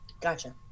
Gotcha